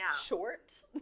short